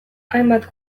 hainbat